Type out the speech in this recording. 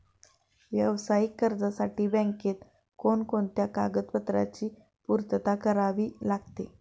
व्यावसायिक कर्जासाठी बँकेत कोणकोणत्या कागदपत्रांची पूर्तता करावी लागते?